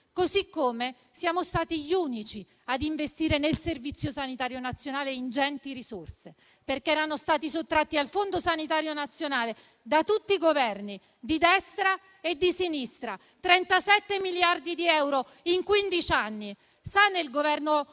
modo siamo stati gli unici ad investire nel Servizio sanitario nazionale ingenti risorse, perché erano stati sottratti al Fondo sanitario nazionale, da tutti i Governi, di destra e di sinistra, 37 miliardi di euro in quindici anni. Con il Governo Conte